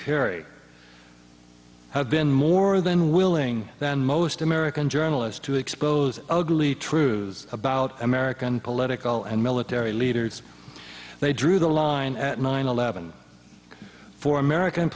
perry have been more than willing than most american journalists to expose ugly truths about american political and military leaders they drew the line at nine eleven for american